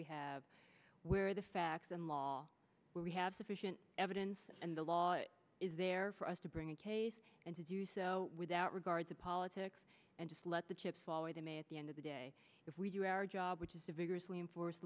we have where the facts and law where we have sufficient evidence and the law is there for us to bring a case and to do so without regard to politics and just let the chips fall where they may at the end of the day if we do our job which is to vigorously enforce